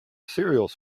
cereals